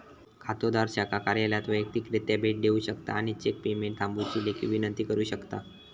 खातोदार शाखा कार्यालयात वैयक्तिकरित्या भेट देऊ शकता आणि चेक पेमेंट थांबवुची लेखी विनंती करू शकता